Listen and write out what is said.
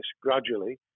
gradually